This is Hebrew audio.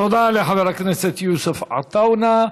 תודה לחבר הכנסת יוסף עטאונה.